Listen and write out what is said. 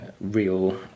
real